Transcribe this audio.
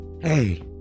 Hey